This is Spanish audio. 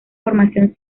formación